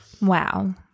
Wow